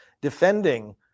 defending